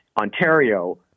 Ontario